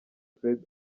fred